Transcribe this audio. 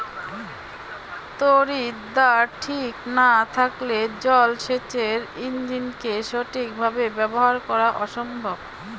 তড়িৎদ্বার ঠিক না থাকলে জল সেচের ইণ্জিনকে সঠিক ভাবে ব্যবহার করা অসম্ভব